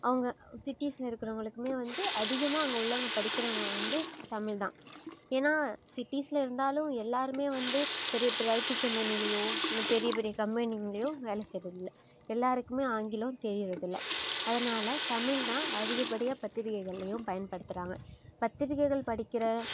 அவங்க சிட்டிஸில் இருக்கிறவங்களுக்குமே வந்து அதிகமாக அங்கே உள்ளவங்க படிக்கிறவங்க வந்து தமிழ்தான் ஏன்னால் சிட்டிஸில் இருந்தாலும் எல்லாேருமே வந்து பெரிய பெரிய ஐடி கம்பெனிலேயும் இல்லை பெரிய பெரிய கம்பெனிகளையும் வேலை செய்கிறதுல்ல எல்லாேருக்குமே ஆங்கிலம் தெரிகிறதுல்ல அதனால தமிழ்தான் அதிகப்படியாக பத்திரிகைகளையும் பயன்படுத்துகிறாங்க பத்திரிகைகள் படிக்கிற